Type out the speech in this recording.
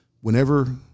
Whenever